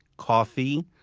coffee,